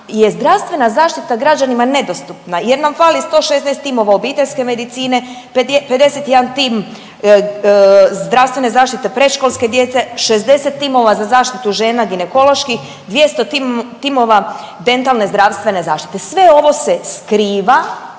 je zdravstvena zaštita građanima nedostupna jer nam fali 116 timova obiteljske medicine, 51 tim zdravstvene zaštite predškolske djece, 60 timova za zaštitu žena ginekološki, 200 timova dentalne zdravstvene zaštite. Sve ovo se skriva